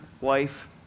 wife